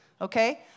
Okay